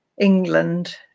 England